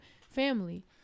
family